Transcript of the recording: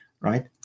Right